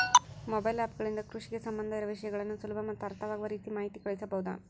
Mobile app ಗಳಿಂದ ಕೃಷಿಗೆ ಸಂಬಂಧ ಇರೊ ವಿಷಯಗಳನ್ನು ಸುಲಭ ಮತ್ತು ಅರ್ಥವಾಗುವ ರೇತಿ ಮಾಹಿತಿ ಕಳಿಸಬಹುದಾ?